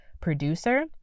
producer